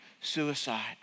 suicide